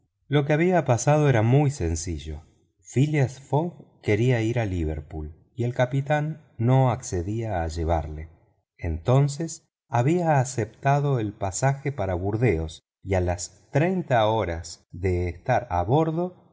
lo que había pasado era muy sencillo phileas fogg quería ir a liverpool y el capitán había aceptado el pasaje para burdeos y a las treinta horas de estar a bordo